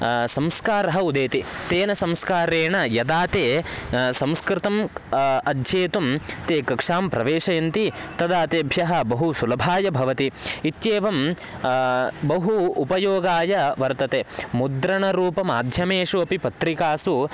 संस्कारः उदेति तेन संस्कारेण यदा ते संस्कृतम् अध्येतुं ते कक्षां प्रवेशयन्ति तदा तेभ्यः बहु सुलभाय भवति इत्येवं बहु उपयोगाय वर्तते मुद्रणरूपमाध्यमेषु अपि पत्रिकासु